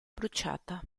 bruciata